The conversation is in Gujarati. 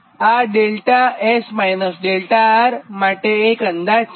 આ 𝛿𝑆 − 𝛿𝑅 માટે એક અંદાજ છે